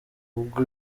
ubwo